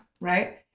Right